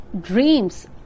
dreams